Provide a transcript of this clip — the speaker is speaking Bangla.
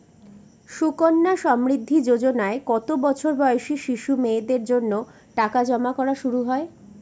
সুকন্যা সমৃদ্ধি যোজনায় কত বছর বয়সী শিশু মেয়েদের জন্য টাকা জমা করা শুরু হয়?